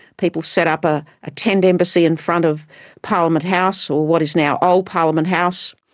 people set up a ah tent embassy in front of parliament house or what is now old parliament house.